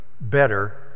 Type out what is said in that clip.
better